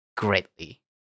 Greatly